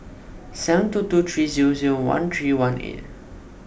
seven two two three zero zero one three one eight